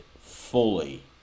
fully